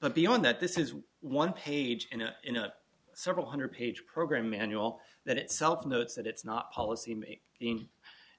but beyond that this is one page in a in a several hundred page program manual that itself notes that it's not policy me in